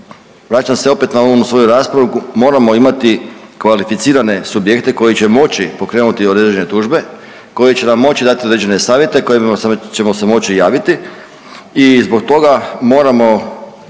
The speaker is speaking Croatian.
vraćam se opet na onu svoju raspravu, moramo imati kvalificirane subjekte koji će moći pokrenuti određene tužbe, koje će nam moći dati određene savjete kojima ćemo se moći javiti i zbog toga moramo